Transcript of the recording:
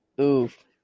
Oof